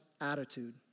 attitude